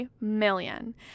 million